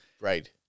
Right